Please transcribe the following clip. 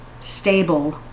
stable